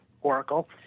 Oracle